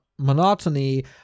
monotony